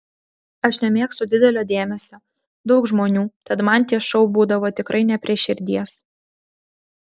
aš nemėgstu didelio dėmesio daug žmonių tad man tie šou būdavo tikrai ne prie širdies